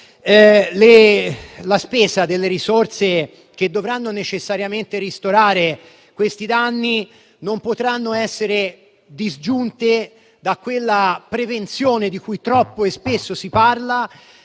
da subito. Le risorse che dovranno necessariamente ristorare i danni non potranno essere disgiunte da quella prevenzione di cui troppo spesso si parla,